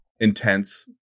intense